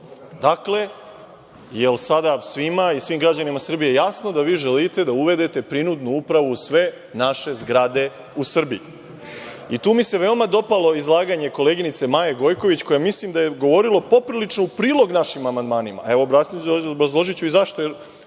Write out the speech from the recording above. Dakle, da li je sada svima, svim građanima Srbije jasno da vi želite da uvedete prinudnu upravu u sve naše zgrade u Srbiji? Tu mi se veoma dopalo izlaganje koleginice Maje Gojković, koje mislim da je govorilo poprilično u prilog našim amandmanima, a obrazložiću i zašto,